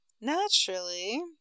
Naturally